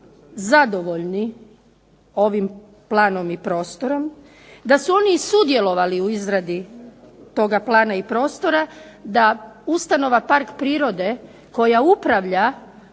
zadovoljni ovim planom i prostorom, da su oni i sudjelovali u izradi toga plana i prostora, da ustanova Park prirode koja upravlja